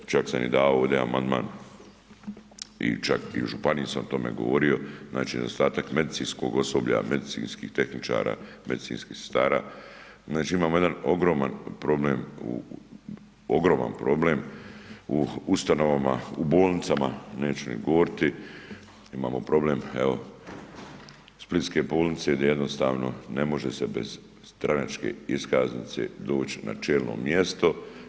Čak sam i davao ovdje amandman i čak i u županiji sam o tome govorio, znači nedostatak medicinskog osoblja, medicinskih tehničara, medicinskih sestara, znači imamo jedan ogroman problem, ogroman problem u ustanovama, u bolnicama, neću ni govoriti, imamo problem evo Splitske bolnice gdje jednostavno ne može se bez stranačke iskaznice doći na čelno mjesto.